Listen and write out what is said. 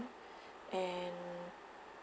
and